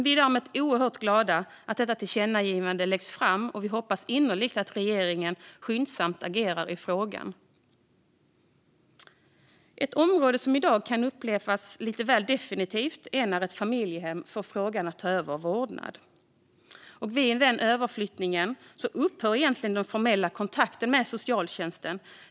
Vi är alltså oerhört glada över att detta tillkännagivande läggs fram, och vi hoppas innerligt att regeringen skyndsamt agerar i frågan. Ett område som i dag kan upplevas lite väl definitivt är när ett familjehem får frågan om att ta över vårdnaden. Vid den överflyttningen upphör den formella kontakten med socialtjänsten.